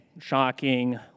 Shocking